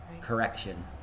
correction